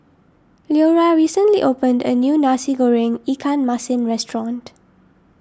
Leora recently opened a new Nasi Goreng Ikan Masin restaurant